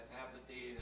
apathy